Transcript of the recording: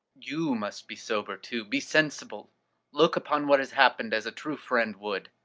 you must be sober, too. be sensible look upon what has happened as a true friend would.